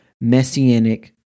messianic